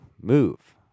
move